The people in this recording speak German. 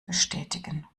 bestätigen